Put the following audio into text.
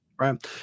Right